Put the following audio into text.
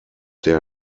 der